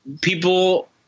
people